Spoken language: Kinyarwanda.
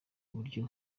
buryo